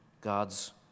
God's